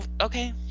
Okay